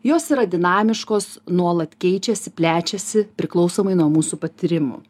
jos yra dinamiškos nuolat keičiasi plečiasi priklausomai nuo mūsų patyrimų